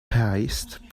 paste